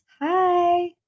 Hi